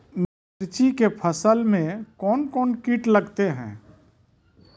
मिर्ची के फसल मे कौन कौन कीट लगते हैं?